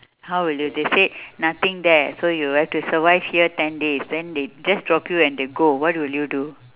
how will you they say nothing there so you have to survive here ten days then they just drop you and they go what will you do